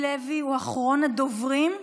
מיקי לוי הוא אחרון הדוברים.